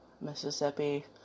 Mississippi